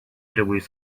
trebuit